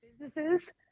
businesses